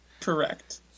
Correct